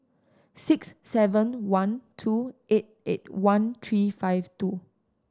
six seven one two eight eight one three five two